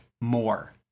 more